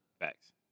Facts